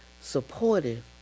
supportive